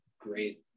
great –